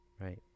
Right